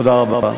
תודה רבה.